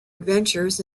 adventures